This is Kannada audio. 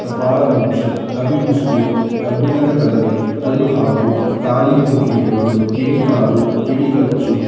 ಕಪಾಳ ಮೋಕ್ಷ ಕಪಿ ಮುಷ್ಟಿ ಕಬ್ಬಿಣದ ಕಡಲೆ ಕಲ್ಲು ಹಾಕು ಕಾಲಿಗೆ ಬುದ್ಧಿ ಹೇಳು ಕಿಡಿ ಕಾರು ಕಿವಿ ಕಚ್ಚು